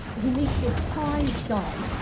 he meets this thai guy,